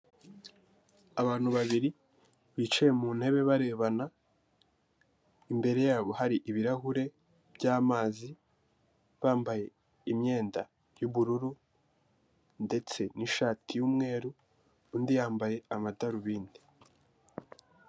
Abantu babiri bicaye mu ntebe barebana imbere yabo hari ibirahure by'amazi bambaye imyenda y'ubururu ndetse n'ishati y'umweru undi yambaye amadarubindi.